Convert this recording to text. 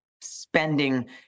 spending